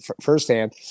firsthand